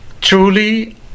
truly